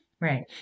Right